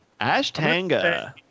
Ashtanga